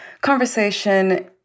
conversation